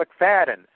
McFadden